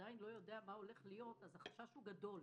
עדיין לא יודע מה הולך להיות אז החשש גדול,